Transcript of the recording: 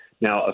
Now